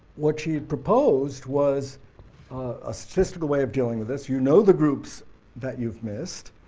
what she had proposed was a statistical way of dealing with this. you know the groups that you've missed,